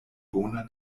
bona